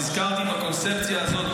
נזכרתי בקונספציה הזאת.